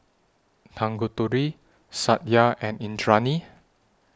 Tanguturi Satya and Indranee